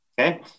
Okay